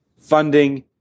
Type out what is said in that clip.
funding